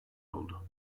oldu